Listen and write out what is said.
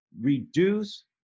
reduce